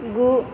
गु